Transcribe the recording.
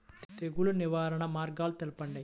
తెగులు నివారణ మార్గాలు తెలపండి?